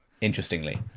Interestingly